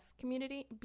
community